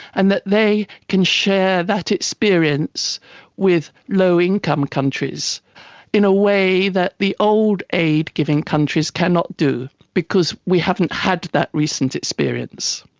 and that they can share that experience with low income countries in a way that the old aid giving countries cannot do because we haven't had that recent experience.